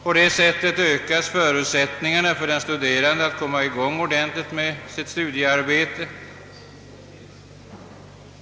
På det sättet ökas förutsättningarna för den studerande att komma i gång ordentligt med sitt studiearbete.